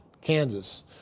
Kansas